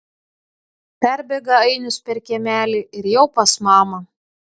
perbėga ainius per kiemelį ir jau pas mamą